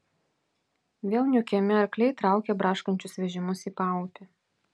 vėl niūkiami arkliai traukė braškančius vežimus į paupį